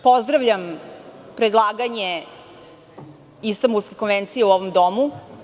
Pozdravljam predlaganje Istambulske konvencije u ovom domu.